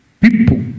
people